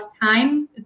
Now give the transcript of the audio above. time